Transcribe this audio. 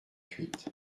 huit